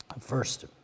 First